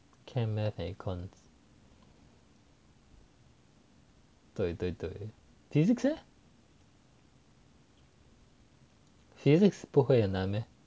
chem math and econs 对对对 physics eh physics 不会很难 meh